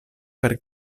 per